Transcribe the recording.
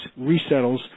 resettles